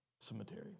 cemetery